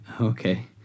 okay